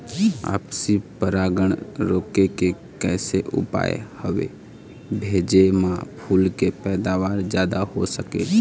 आपसी परागण रोके के कैसे उपाय हवे भेजे मा फूल के पैदावार जादा हों सके?